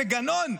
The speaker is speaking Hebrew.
זה גנון.